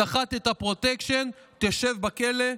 סחטת פרוטקשן, תשב בכלא.